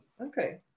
Okay